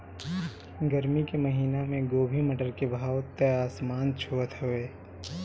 गरमी के महिना में गोभी, मटर के भाव त आसमान छुअत हवे